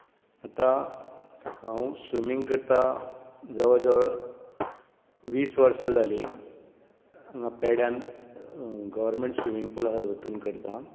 आतां हांव स्विमिंग करता जवळ जवळ वीस वर्सां जाली पेड्याक गोव्हरमेंट स्कुल आसा तेतुत करता